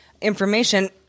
information